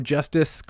Justice